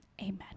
Amen